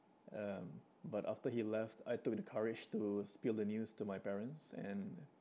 um but after he left I took the courage to spill the news to my parents and